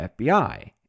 FBI